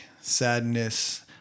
sadness